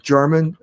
German